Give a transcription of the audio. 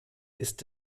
ist